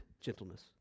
gentleness